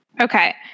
Okay